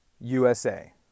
USA